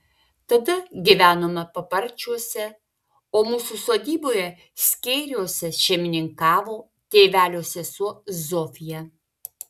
tada gyvenome paparčiuose o mūsų sodyboje skėriuose šeimininkavo tėvelio sesuo zofija